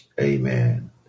Amen